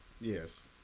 Yes